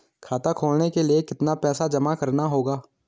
खाता खोलने के लिये कितना पैसा जमा करना होगा?